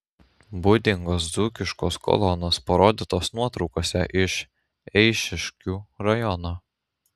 būdingos dzūkiškos kolonos parodytos nuotraukose iš eišiškių rajono